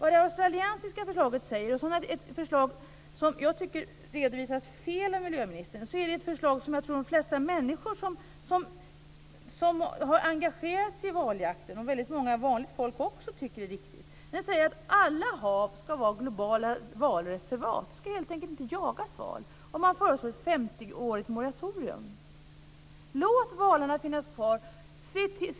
Det australienska förslaget, som jag tycker redovisas fel av miljöministern, är ett förslag som jag tror att de flesta människor - också vanligt folk - som har engagerat sig i valjakten tycker är riktigt. I förslaget sägs det att alla hav skall vara globala valreservat. Valen skall helt enkelt inte jagas. Man föreslår ett femtioårigt moratorium. Låt valarna finnas kvar!